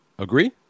Agree